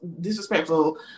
disrespectful